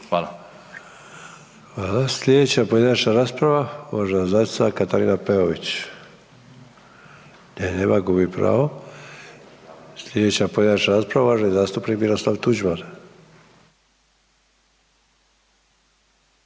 (HDZ)** Hvala. Sljedeća pojedinačna rasprava uvažena zastupnica Katarina Peović. Nje nema, gubi pravo. Sljedeća pojedinačna rasprava uvaženi zastupnik Miroslav Tuđman.